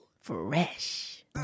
Fresh